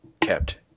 kept